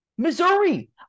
Missouri